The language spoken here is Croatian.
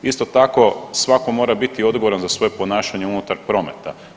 Isto tako svako mora biti odgovoran za svoje ponašanje unutar prometa.